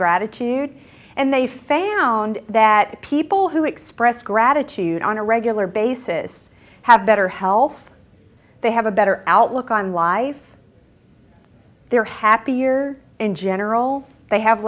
gratitude and they found that people who express gratitude on a regular basis have better health they have a better outlook on life their happy years in general they have